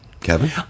kevin